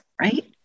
right